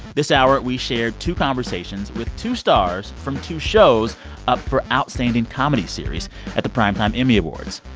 this hour we shared two conversations with two stars from two shows up for outstanding comedy series at the primetime emmy awards,